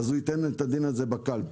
אז הוא ייתן את הדין על זה בקלפי.